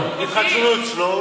התחתנו אצלו.